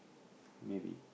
maybe